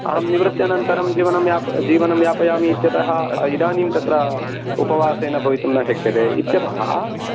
अहं निवृत्यनन्तरं जीवनं याप जीवनं यापयामि इत्यतः इदानीं तत्र उपवासेन भवितुं न शक्यते इत्यतः